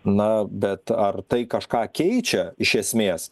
na bet ar tai kažką keičia iš esmės